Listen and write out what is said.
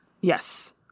Yes